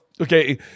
okay